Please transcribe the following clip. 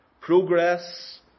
progress